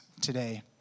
today